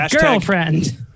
girlfriend